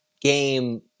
game